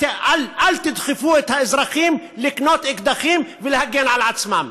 אל תדחפו את האזרחים לקנות אקדחים ולהגן על עצמם.